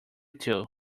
two